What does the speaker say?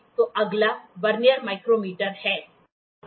तो अगला vernier micrometer है